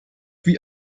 wie